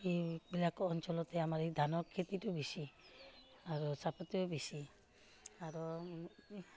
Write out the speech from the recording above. এইবিলাকো অঞ্চলতে আমাৰ এই ধানৰ খেতিটো বেছি আৰু চাহপাতোও বেছি আৰু